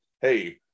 hey